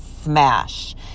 Smash